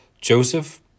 Joseph